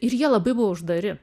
ir jie labai buvo uždari